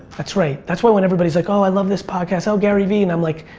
that's right. that's why when everybody's like, oh i love this podcast, oh gary vee, and i'm like,